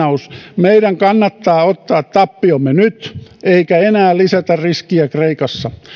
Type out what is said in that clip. meidän kannattaa ottaa tappiomme nyt eikä enää lisätä riskiä kreikassa